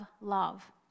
love